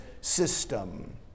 system